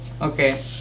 Okay